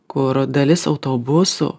kur dalis autobusų